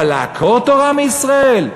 אבל לעקור תורה מישראל?